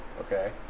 Okay